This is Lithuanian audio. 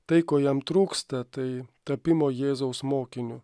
tai ko jam trūksta tai tapimo jėzaus mokiniu